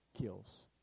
kills